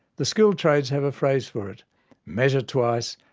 the skilled trades have a phrase for it measure twice,